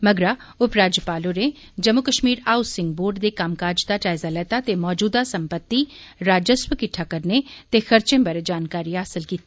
मगरा उप राज्यपाल होरे जम्मू कश्मीर हाऊसिंग बोर्ड दे कम्मकाज दा जायजा लैता ते मौजूदा सम्पत्ति राजस्व किट्टा करने ते खर्चे बारै जानकारी हासल कीती